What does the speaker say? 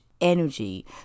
energy